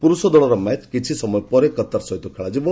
ପୁରୁଷ ଦଳର ମ୍ୟାଚ୍ କିଛିସମୟ ପରେ କତାର ସହିତ ଖେଳାଯିବ